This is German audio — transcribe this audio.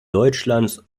deutschlands